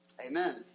Amen